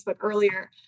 earlier